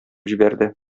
җибәрде